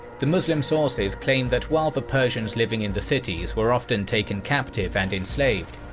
the muslim sources claim that while the persians living in the cities were often taken captive and enslaved,